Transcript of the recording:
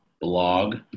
blog